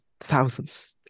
thousands